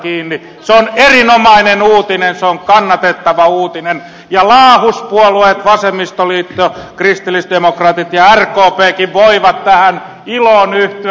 se on erinomainen uutinen se on kannatettava uutinen ja laahuspuolueet vasemmistoliitto kristillisdemokraatit ja rkpkin voivat tähän iloon yhtyä